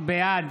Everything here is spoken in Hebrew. בעד